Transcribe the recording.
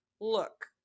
look